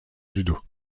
judo